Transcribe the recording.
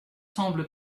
semble